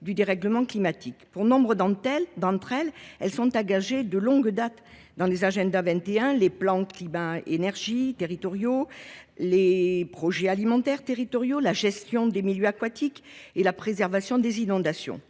du dérèglement climatique. Nombre d’entre elles sont engagées de longue date dans l’Agenda 21, les plans climat air énergie territoriaux (PCAET), les projets alimentaires territoriaux (PAT), la gestion des milieux aquatiques et prévention des inondations